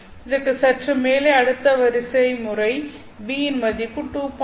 இதற்கு சற்று மேலே அடுத்த வரிசை முறை V இன் மதிப்பு 2